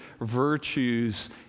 virtues